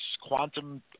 quantum